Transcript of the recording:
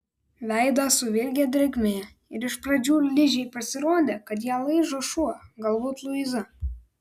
veidą suvilgė drėgmė ir iš pradžių ližei pasirodė kad ją laižo šuo galbūt luiza